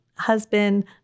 husband